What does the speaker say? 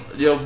yo